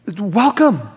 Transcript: Welcome